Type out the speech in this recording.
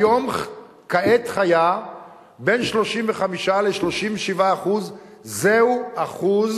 כיום, בין 35% ל-37% זה אחוז